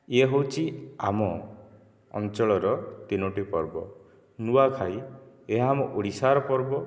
ଏହା ହେଉଛି ଆମ ଅଞ୍ଚଳର ତିନୋଟି ପର୍ବ ନୂଆଖାଇ ଏହା ଆମ ଓଡ଼ିଶାର ପର୍ବ